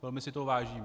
Velmi si toho vážím.